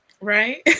Right